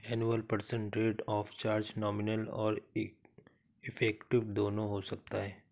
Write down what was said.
annual percent rate of charge nominal और effective दोनों हो सकता है